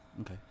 okay